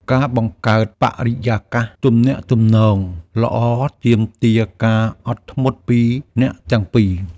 ការបង្កើតបរិយាកាសទំនាក់ទំនងល្អទាមទារការអត់ធ្មត់ពីអ្នកទាំងពីរ។